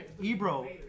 Ebro